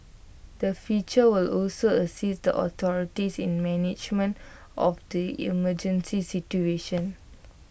the feature will also assist the authorities in the management of the emergency situation